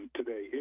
today